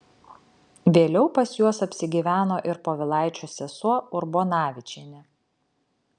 vėliau pas juos apsigyveno ir povilaičio sesuo urbonavičienė